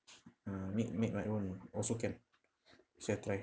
mm make make my own also can see I try